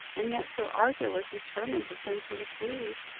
and yet sir arthur was determined to send for the police.